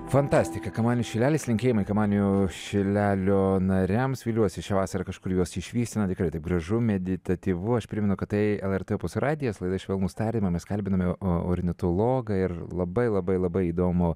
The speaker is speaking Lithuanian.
fantastika kamanių šilelis linkėjimai kamanių šilelio nariams viliuosi šią vasarą kažkur juos išvysime tikrai taip gražu meditatyvu aš primenu kad tai lrt opus radijas laida švelnūs tardymai mes kalbiname ornitologą ir labai labai labai įdomų